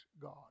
God